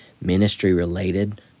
ministry-related